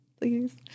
Please